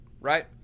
Right